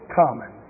common